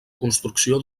construcció